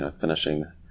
finishing